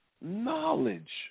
knowledge